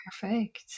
Perfect